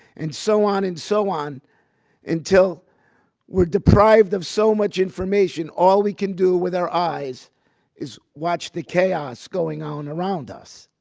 and so on and so on until we're deprived of so much information, all we can do with our eyes is watch the chaos going on around us.